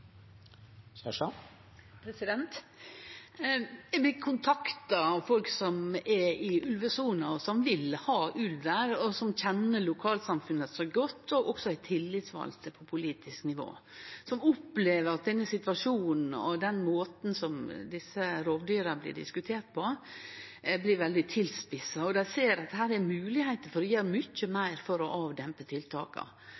underveis. Eg blir kontakta av folk i ulvesona som vil ha ulv der, som kjenner lokalsamfunnet godt og også er tillitsvalde på politisk nivå, og som opplever at denne situasjonen og den måten som desse rovdyra blir diskuterte på, blir veldig tilspissa. Dei ser at det er mogleg å gjere mykje